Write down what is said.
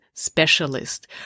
specialist